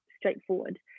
straightforward